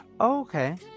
Okay